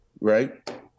right